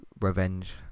revenge